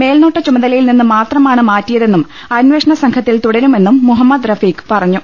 മേൽനോട്ട ചുമതലയിൽ നിന്ന് മാത്രമാണ് മാറ്റിയതെന്നും അന്വേഷണ് സ്രംഘത്തിൽ തുടരുമെന്നും മുഹമ്മദ് റഫീഖ് പറഞ്ഞു